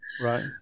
right